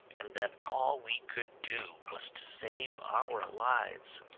and that all we could do was to save our lives.